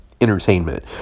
entertainment